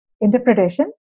interpretation